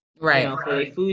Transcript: right